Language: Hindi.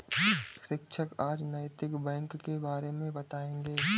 शिक्षक आज नैतिक बैंक के बारे मे बताएँगे